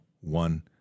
one